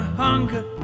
hunger